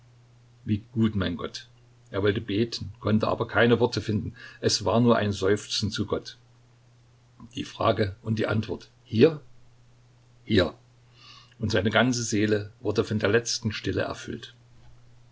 wie gut mein gott er wollte beten konnte aber keine worte finden es war nur ein seufzen zu gott die frage und die antwort hier hier und seine ganze seele wurde von der letzten stille erfüllt